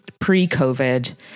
pre-COVID